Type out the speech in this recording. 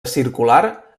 circular